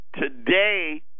Today